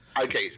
Okay